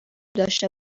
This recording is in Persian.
داشته